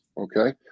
okay